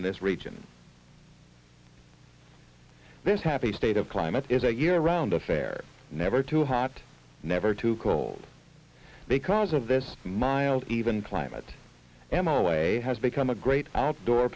in this region this happy state of climate is a year round affair never too hot never too cold because of this mild even climate m r way has become a great outdoor